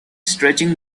stretching